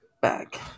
back